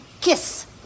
kiss